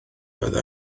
oedd